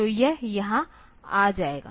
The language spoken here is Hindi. तो यह यहाँ आ जाएगा